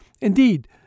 Indeed